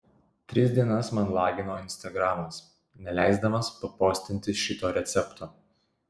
tris dienas man lagino instagramas neleisdamas papostinti šito recepto